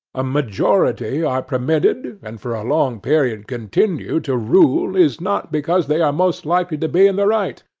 a majority are permitted, and for a long period continue, to rule is not because they are most likely to be in the right,